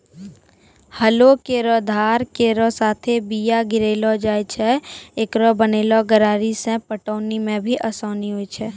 हलो केरो धार केरो साथें बीया गिरैलो जाय छै, एकरो बनलो गरारी सें पटौनी म भी आसानी होय छै?